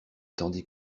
tandis